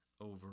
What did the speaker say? over